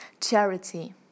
charity